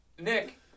Nick